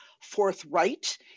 forthright